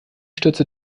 stürzte